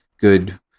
Good